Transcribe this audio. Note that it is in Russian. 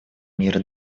мира